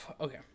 okay